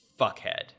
fuckhead